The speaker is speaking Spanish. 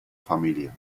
familia